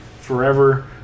forever